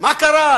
מה קרה?